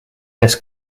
this